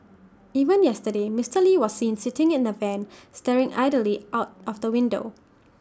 even yesterday Mister lee was seen sitting in the van staring idly out of the window